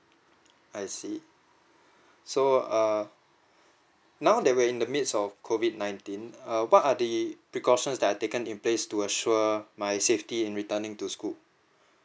I see so err now that we're in the midst of COVID nineteen err what are the precautions that are taken in place to assure err my safety in returning to school